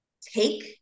take